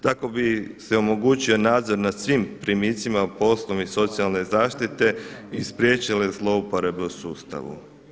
Tako bi se omogućio nadzor nad svim primicima po osnovi socijalne zaštite i spriječile zlouporabe u sustavu.